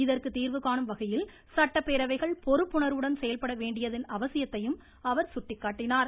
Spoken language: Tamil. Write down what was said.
இதற்கு தீர்வு காணும் வகையில் சட்டப்பேரவைகள் பொறுப்புணர்வுடன் செயல்பட வேண்டியதன் அவசியத்தையும் அவர் சுட்டிக்காட்டினார்